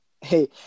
Hey